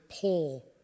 pull